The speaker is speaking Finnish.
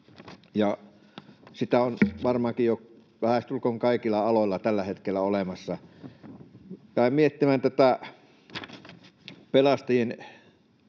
sitä on varmaankin jo lähestulkoon kaikilla aloilla tällä hetkellä olemassa. Jäin miettimään tätä pelastajien